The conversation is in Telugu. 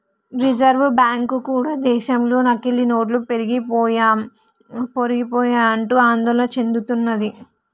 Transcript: రిజర్వు బ్యాంకు కూడా దేశంలో నకిలీ నోట్లు పెరిగిపోయాయంటూ ఆందోళన చెందుతున్నది